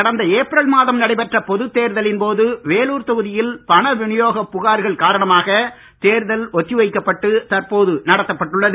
கடந்த ஏப்ரல் மாதம் நடைபெற்ற பொது தேர்தலின் போது வேலூர் தொகுதியில் பணவிநியோகப் புகார்கள் காரணமாக தேர்தல் ஒத்தி வைக்கப்பட்டு தற்போது நடத்தப்பட்டுள்ளது